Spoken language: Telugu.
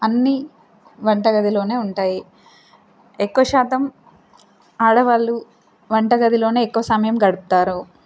అన్నీ వంట గదిలోనే ఉంటాయి ఎక్కువ శాతం ఆడవాళ్ళు వంట గదిలోనే ఎక్కువ సమయం గడుపుతారు